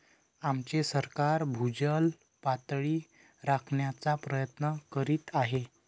आमचे सरकार भूजल पातळी राखण्याचा प्रयत्न करीत आहे